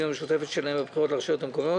המשותפות שלהן בבחירות לרשויות המקומיות,